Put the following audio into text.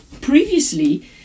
previously